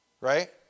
right